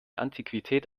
antiquität